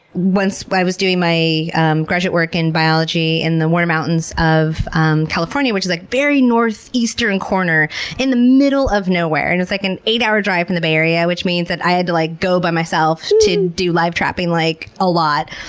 once i was doing my graduate work in biology in the warner mountains of um california, which is the like very northeastern corner in the middle of nowhere. it and was like an eight hour drive from the bay area, which means that i had to like go by myself to do live-trapping like a lot.